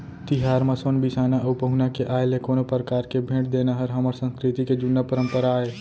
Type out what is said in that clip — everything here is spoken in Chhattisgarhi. तिहार म सोन बिसाना अउ पहुना के आय ले कोनो परकार के भेंट देना हर हमर संस्कृति के जुन्ना परपंरा आय